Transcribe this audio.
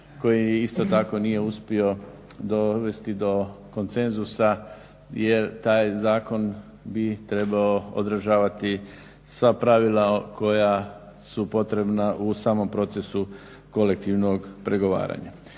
koji isto tako nije uspio dovesti do konsenzusa jer tako zakon bi trebao odražavati sva pravila koja su potrebna u samom procesu kolektivnog pregovaranja.